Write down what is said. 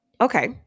Okay